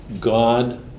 God